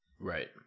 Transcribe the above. Right